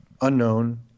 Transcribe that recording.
unknown